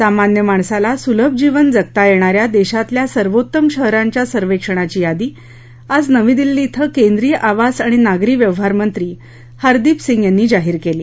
सामान्य माणसाला सुलभ जीवन जगता येणाऱ्या देशातल्या सर्वोत्तम शहरांच्या सर्वेक्षणाची यादी आज नवी दिल्ली क्रें केंद्रीय आवास आणि नागरी व्यवहार मंत्री हरदीप सिंह यांनी जाहीर केली